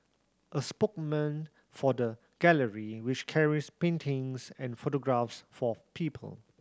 a spokesman for the gallery which carries paintings and photographs for people